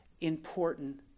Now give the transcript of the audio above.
important